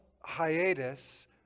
hiatus